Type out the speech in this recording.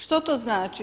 Što to znači?